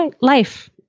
life